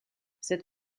cette